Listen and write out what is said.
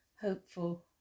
hopeful